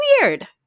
weird